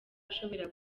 ashobora